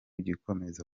gikomeza